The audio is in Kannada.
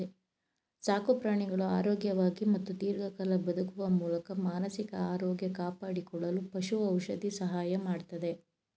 ಸಾಕುಪ್ರಾಣಿಗಳು ಆರೋಗ್ಯವಾಗಿ ಮತ್ತು ದೀರ್ಘಕಾಲ ಬದುಕುವ ಮೂಲಕ ಮಾನಸಿಕ ಆರೋಗ್ಯ ಕಾಪಾಡಿಕೊಳ್ಳಲು ಪಶು ಔಷಧಿ ಸಹಾಯ ಮಾಡ್ತದೆ